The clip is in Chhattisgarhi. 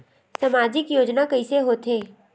सामजिक योजना कइसे होथे?